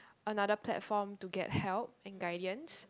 another platform to get help and guidance